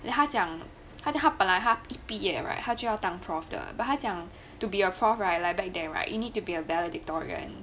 then 他讲他讲本来他一毕业 right 他就要当 prof 的 but 他讲 to be a prof right back then right you need to be a valedictorian